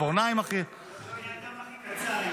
הציפורניים הכי --- אני האדם הכי קצר.